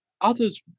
others